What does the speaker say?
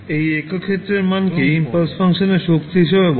এই একক ক্ষেত্রের মানকে ইম্পালস ফাংশনের শক্তি হিসাবে বলা হয়